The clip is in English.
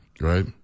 right